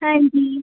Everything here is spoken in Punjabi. ਹਾਂਜੀ